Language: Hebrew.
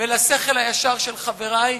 ולשכל הישר של חברי.